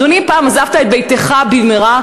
אדוני, פעם עזבת את ביתך במהרה?